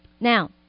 Now